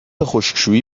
خشکشویی